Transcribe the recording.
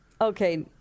Okay